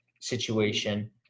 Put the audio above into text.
situation